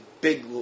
big